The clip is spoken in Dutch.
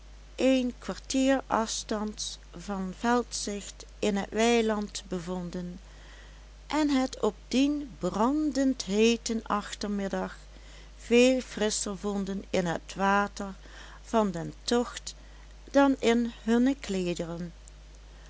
een kwartier afstands van veldzicht in het weiland bevonden en het op dien brandendheeten achtermiddag veel frisscher vonden in het water van den tocht dan in hunne